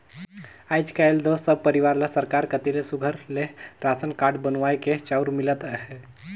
आएज काएल दो सब परिवार ल सरकार कती ले सुग्घर ले रासन कारड बनुवाए के चाँउर मिलत अहे